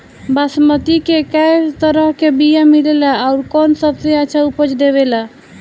बासमती के कै तरह के बीया मिलेला आउर कौन सबसे अच्छा उपज देवेला?